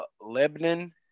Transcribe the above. Lebanon